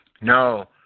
No